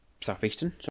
Southeastern